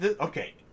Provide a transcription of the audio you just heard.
okay